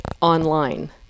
online